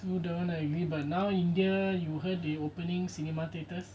true that [one] I agree but now india you heard they opening cinema theatres